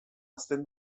hazten